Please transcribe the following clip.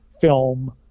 film